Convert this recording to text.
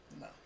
No